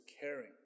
caring